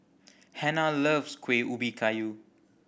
Hannah loves Kueh Ubi Kayu